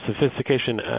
sophistication